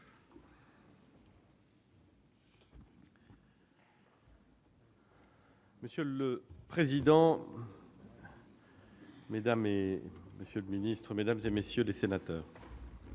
Monsieur le président, mesdames, messieurs les sénateurs,